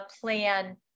plan